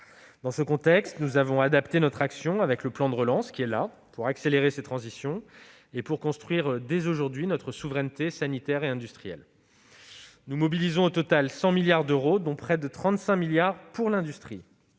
Dans ce contexte, nous avons adapté notre action avec le plan de relance, pour accélérer ces transitions et pour construire, dès aujourd'hui, notre souveraineté sanitaire et industrielle. Nous mobilisons au total 100 milliards d'euros, dont près de 35 milliards d'euros pour l'industrie.